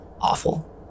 awful